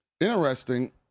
Interesting